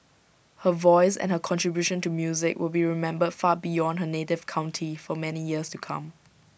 her voice and her contribution to music will be remembered far beyond her native county for many years to come